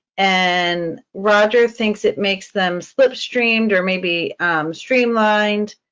and roger thinks, it makes them slip-streamed, or maybe streamlined.